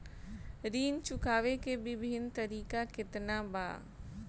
ऋण चुकावे के विभिन्न तरीका केतना बा?